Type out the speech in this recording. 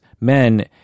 men